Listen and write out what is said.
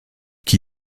qui